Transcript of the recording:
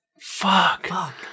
Fuck